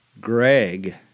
Greg